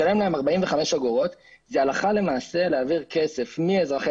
לשלם להם 45 אגורות זה הלכה למעשה להעביר כסף מאזרחי